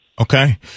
Okay